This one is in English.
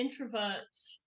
introverts